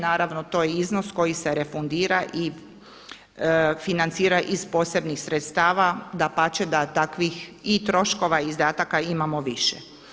Naravno to je iznos koji se refundira i financira iz posebnih sredstava, dapače da takvih i troškova i izdataka imamo više.